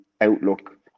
outlook